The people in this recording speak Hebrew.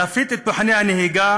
להפריט את מבחני הנהיגה